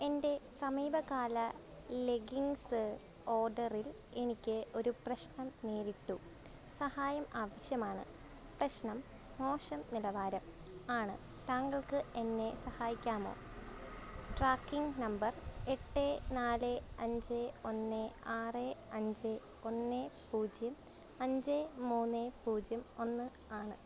എൻ്റെ സമീപകാല ലെഗിങ്സ് ഓർഡറിൽ എനിക്ക് ഒരു പ്രശ്നം നേരിട്ടു സഹായം ആവശ്യമാണ് പ്രശ്നം മോശം നിലവാരം ആണ് താങ്കൾക്ക് എന്നെ സഹായികാമോ ട്രാക്കിംഗ് നമ്പർ എട്ട് നാല് അഞ്ച് ഒന്ന് ആറ് അഞ്ച് ഒന്ന് പൂജ്യം അഞ്ച് മൂന്ന് പൂജ്യം ഒന്ന് ആണ്